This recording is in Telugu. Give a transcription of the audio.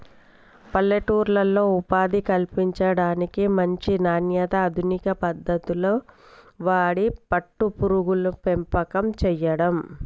పల్లెటూర్లలో ఉపాధి కల్పించడానికి, మంచి నాణ్యత, అధునిక పద్దతులు వాడి పట్టు పురుగుల పెంపకం చేయడం